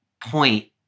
point